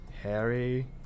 Harry